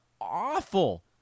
awful